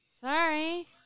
Sorry